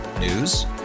News